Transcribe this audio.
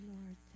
Lord